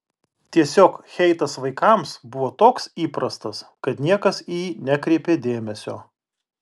tiesiog heitas vaikams buvo toks įprastas kad niekas į jį nekreipė dėmesio